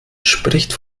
spricht